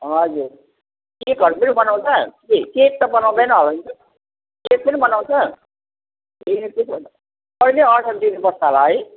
हजुर केकहरू पनि बनाउँछ के केक त बनाउँदैन होला नि केक पनि बनाउँछ ए त्यसो भए त अहिले अडर दिनु पर्छ होला है